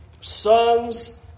Sons